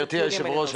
גברתי היושבת-ראש,